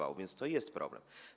A więc to jest problem.